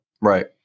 Right